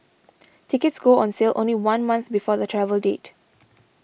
tickets go on sale only one month before the travel date